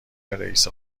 رییس